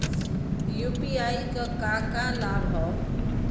UPI क का का लाभ हव?